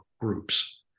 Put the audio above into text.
groups